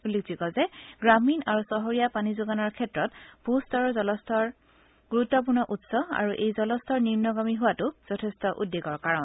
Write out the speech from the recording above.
উল্লেখযোগ্য যে গ্ৰামীণ আৰু চহৰীয়া পানী যোগানৰ ক্ষেত্ৰত ভু স্তৰৰ জলস্তৰ গুৰুত্বপূৰ্ণ উৎস আৰু এই জলস্তৰ নিন্নগামী হোৱাটো যথেষ্ট উদ্বেগৰ কাৰণ